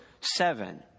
seven